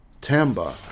Tamba